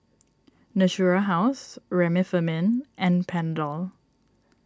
Natura House Remifemin and Panadol